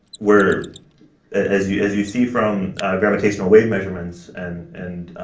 where as you, as you see from gravitational wave measurements, and, and